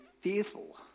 fearful